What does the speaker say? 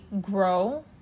grow